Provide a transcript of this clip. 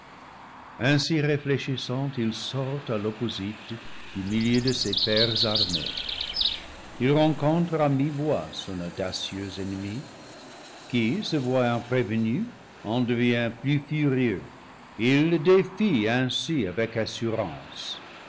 ainsi réfléchissant il sort à l'opposite du milieu de ses pairs armés il rencontre à mi voie son audacieux ennemi qui se voyant prévenu en devient plus furieux il le défie ainsi avec assurance